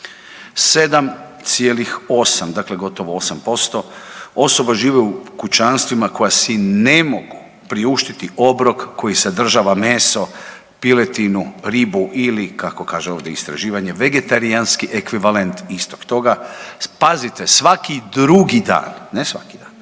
7,8% dakle gotovo 8% osoba žive u kućanstvima koja si ne mogu priuštiti obrok koji sadržava meso, piletinu, ribu ili kako kaže ovdje istraživanje vegetarijanski ekvivalent istog toga, pazite svaki drugi dan, ne svaki dan.